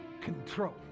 control